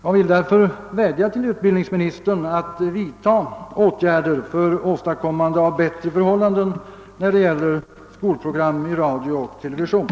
Jag vill därför vädja till utbildningsministern att vidta åtgärder för åstadkommande av bättre förhållanden när det gäller skolprogrammen i radio och television.